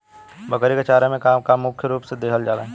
बकरी क चारा में का का मुख्य रूप से देहल जाई?